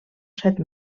set